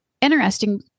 interesting